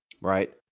right